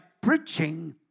preaching